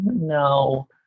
No